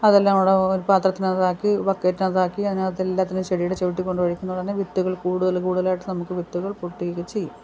അതെല്ലാം കൂടെ ഒരു പാത്രത്തിനകത്താക്കി ബക്കറ്റിനകത്താക്കി അതിനത്തെല്ലാത്തിനും ചെടീടെ ചോട്ടിൽ കൊണ്ടൊഴിക്കുന്നതാണ് വിത്തുകൾ കൂടുതൽ കൂടുതലായിട്ട് നമുക്ക് വിത്തുകൾ പൊട്ടുകയൊക്കെ ചെയ്യും